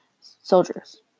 soldiers